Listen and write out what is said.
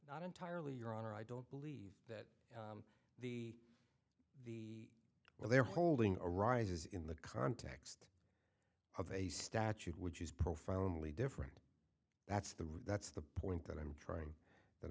not entirely your honor i don't believe that the well they're holding arises in the context of a statute which is profoundly different that's the that's the point that i'm trying